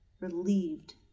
relieved